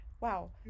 Wow